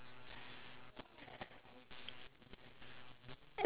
oh and then they do it for tyres also